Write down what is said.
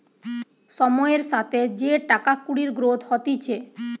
সময়ের সাথে যে টাকা কুড়ির গ্রোথ হতিছে